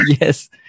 Yes